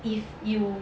if you